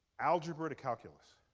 algebra to calculus.